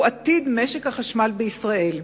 הוא עתיד משק החשמל בישראל.